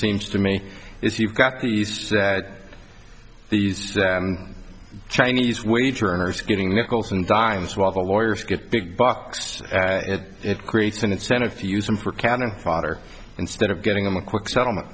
seems to me is you've got these two that these chinese wage earners getting nickels and dimes while the lawyers get big bucks it creates an incentive to use them for cannon fodder instead of getting them a quick settlement